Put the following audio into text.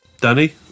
Danny